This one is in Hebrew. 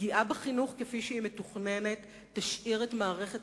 פגיעה בחינוך כפי שהיא מתוכננת תשאיר את מערכת